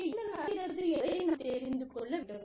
அங்கு என்ன நடக்கிறது என்பதை நாம் தெரிந்து கொள்ள வேண்டும்